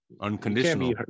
Unconditional